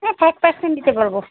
হ্যাঁ five percent দিতে পারবো